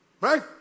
Right